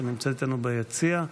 שנמצאת איתנו ביציע.